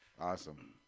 Awesome